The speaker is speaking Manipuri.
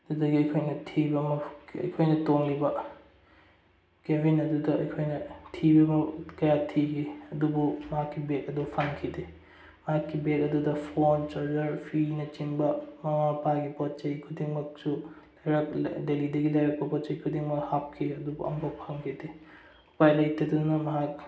ꯑꯗꯨꯗꯒꯤ ꯑꯩꯈꯣꯏꯅ ꯊꯤꯕ ꯍꯧꯈꯤ ꯑꯩꯈꯣꯏꯅ ꯇꯣꯡꯂꯤꯕ ꯀꯦꯕꯤꯟ ꯑꯗꯨꯗ ꯑꯩꯈꯣꯏꯅ ꯊꯤꯕ ꯀꯌꯥ ꯊꯤꯈꯤ ꯑꯗꯨꯕꯨ ꯃꯍꯥꯛꯀꯤ ꯕꯦꯒ ꯑꯗꯨ ꯐꯪꯈꯤꯗꯦ ꯃꯍꯥꯛꯀꯤ ꯕꯦꯒ ꯑꯗꯨꯗ ꯐꯣꯟ ꯆꯥꯔꯖꯔ ꯐꯤꯅꯆꯤꯡꯕ ꯃꯃꯥ ꯃꯄꯥꯒꯤ ꯄꯣꯠ ꯆꯩ ꯈꯨꯗꯤꯡꯃꯛꯁꯨ ꯗꯦꯜꯂꯤꯗꯒꯤ ꯂꯩꯔꯛꯄ ꯄꯣꯠ ꯆꯩ ꯈꯨꯗꯤꯡꯃꯛ ꯍꯥꯞꯈꯤ ꯑꯗꯨꯕꯨ ꯑꯃ ꯐꯥꯎꯕ ꯐꯪꯈꯤꯗꯦ ꯎꯄꯥꯏ ꯂꯩꯇꯗꯨꯅ ꯃꯍꯥꯛ